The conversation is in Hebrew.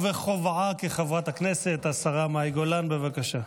בכובעה כחברת הכנסת, השרה מאי גולן, בבקשה.